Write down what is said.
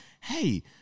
hey